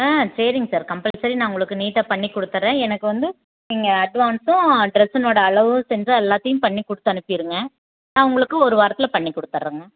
ஆ சரிங்க sir compulsory நான் உங்களுக்கு நீட்டாக பண்ணிக் கொடுத்துறேன் எனக்கு வந்து நீங்கள் அட்வான்ஸும் டிரெஸ்ஸுனோட அளவு செஞ்சு எல்லாத்தையும் பண்ணிக் கொடுத்து அனுப்பிருங்க நான் உங்களுக்கு ஒரு வாரத்தில் பண்ணிக் கொடுத்துறேங்க